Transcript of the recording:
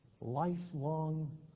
Lifelong